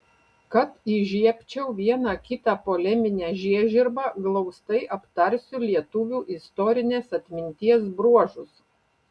kad įžiebčiau vieną kitą poleminę žiežirbą glaustai aptarsiu lietuvių istorinės atminties bruožus